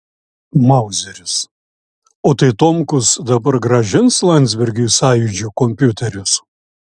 mauzeris o tai tomkus dabar grąžins landsbergiui sąjūdžio kompiuterius